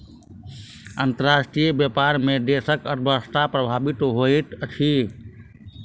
अंतर्राष्ट्रीय व्यापार में देशक अर्थव्यवस्था प्रभावित होइत अछि